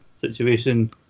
situation